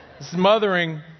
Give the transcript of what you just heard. smothering